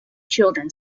children